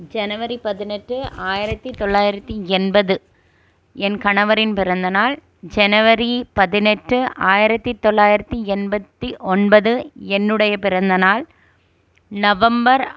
ஜனவரி பதினெட்டு ஆயிரத்தி தொள்ளாயரத்தி எண்பது என் கணவரின் பிறந்தநாள் ஜனவரி பதினெட்டு ஆயிரத்தி தொள்ளாயரத்தி எண்பத்தி ஒன்பது என்னுடைய பிறந்தநாள் நவம்பர்